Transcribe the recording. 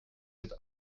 mit